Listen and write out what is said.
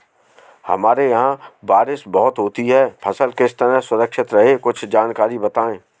हमारे यहाँ बारिश बहुत होती है फसल किस तरह सुरक्षित रहे कुछ जानकारी बताएं?